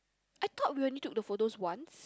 I thought we will need to took the photo once